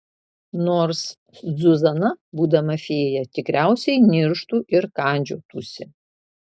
nors zuzana būdama fėja tikriausiai nirštų ir kandžiotųsi